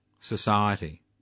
society